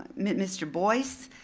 mr. boyce,